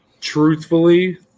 Truthfully